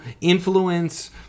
influence